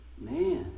Man